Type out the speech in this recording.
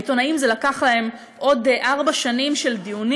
העיתונאים, זה לקח להם עוד ארבע שנים של דיונים,